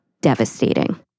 devastating